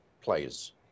players